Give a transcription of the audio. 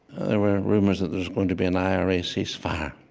there were rumors that there was going to be and ira ceasefire.